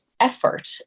effort